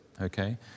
okay